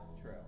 True